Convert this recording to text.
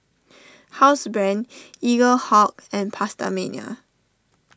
Housebrand Eaglehawk and PastaMania